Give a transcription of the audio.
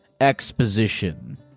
exposition